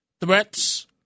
threats